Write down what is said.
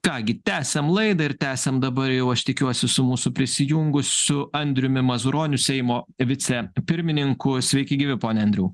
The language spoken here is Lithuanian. ką gi tęsiam laidą ir tęsiam dabar jau aš tikiuosi su mūsų prisijungusiu andriumi mazuroniu seimo vicepirmininku sveiki gyvi pone andriau